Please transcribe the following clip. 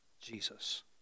Jesus